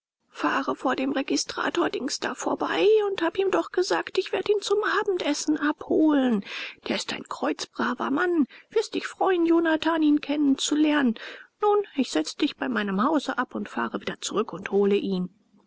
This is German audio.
fahre vor dem registrator dings da vorbei und hab ihm doch gesagt ich werd ihn zum abendessen abholen der ist ein kreuzbraver mann wirst dich freuen jonathan ihn kennen zu lernen nun ich setze dich bei meinem hause ab und fahre wieder zurück und hole ihn